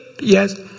yes